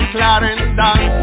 Clarendon